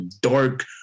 dark